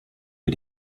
wir